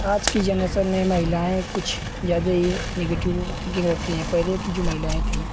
आज के जेनरेशन में महिलाएँ कुछ ज़्यादा ही नेगेटिव थिन्किन्ग रखती हैं पहले की जो महिलाएँ थीं